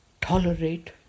tolerate